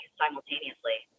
simultaneously